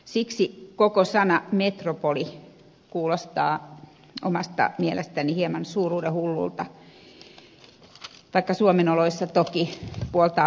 siksi koko sana metropoli kuulostaa omasta mielestäni hieman suuruudenhullulta vaikka suomen oloissa toki puoltaa paikkaansa